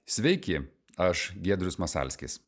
sveiki aš giedrius masalskis